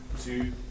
two